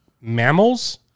mammals